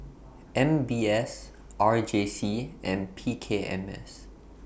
M B S R J C and P K M S